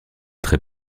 très